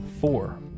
four